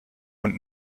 und